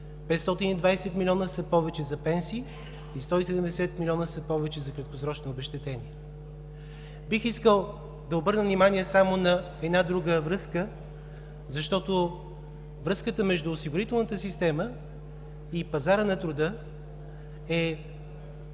520 милиона са повече за пенсии и 170 милиона са повече за краткосрочни обезщетения. Бих искал да обърна внимание само на една друга връзка, защото връзката между осигурителната система и пазара на труда е